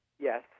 Yes